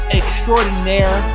extraordinaire